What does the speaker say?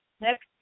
Next